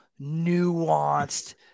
nuanced